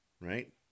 right